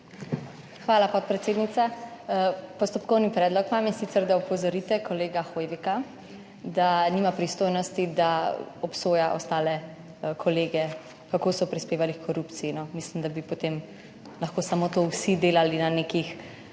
Hvala, podpredsednica. Postopkovni predlog imam, in sicer, da opozorite kolega Hoivika, da nima pristojnosti, da obsoja ostale kolege, kako so prispevali h korupciji. Mislim, da bi potem lahko to vsi delali na nekih,